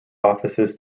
offices